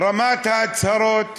רמת ההצהרות